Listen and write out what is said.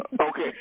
Okay